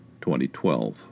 2012